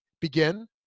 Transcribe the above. begin